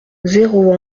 zéro